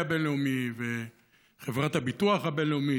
הבין-לאומי וחברת הביטוח הבין-לאומית,